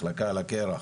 החלקה על הקרח,